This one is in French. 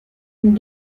une